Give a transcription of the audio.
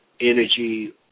energy